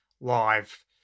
live